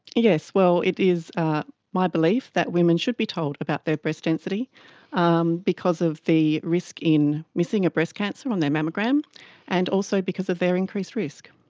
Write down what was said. yes, well, it is ah my belief that women should be told about their breast density um because of the risk in missing a breast cancer on their mammogram and also because of their increased risk.